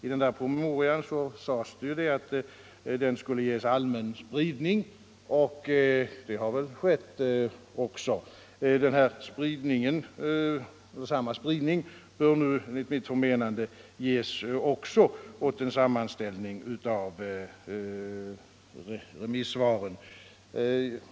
I promemorian sades det att den skulle ges allmän spridning, och så har väl också skett. Samma spridning bör enligt mitt förmenande också en sammanställning över remissvaren ges.